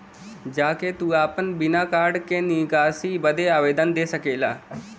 जा के तू आपन बिना कार्ड के निकासी बदे आवेदन दे सकेला